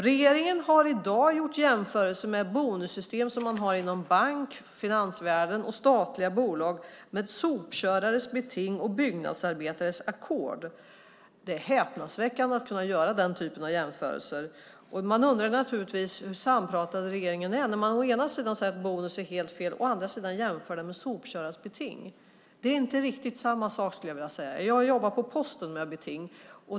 Regeringen har i dag gjort jämförelser mellan bonussystem som man har i banker, i finansvärlden och i statliga bolag och sopkörares beting och byggnadsarbetares ackord. Det är häpnadsväckande att göra den typen av jämförelser. Jag undrar naturligtvis hur sampratad regeringen är när man å ena sidan säger att bonus är helt fel och å andra sidan jämför den med sopkörarnas beting. Det är inte riktigt samma sak, skulle jag vilja säga. Jag har jobbat med beting på Posten.